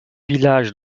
village